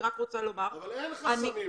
אבל אין חסמים.